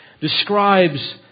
describes